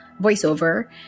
voiceover